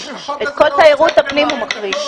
את כל תיירות הפנים הוא מחריג,